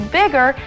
bigger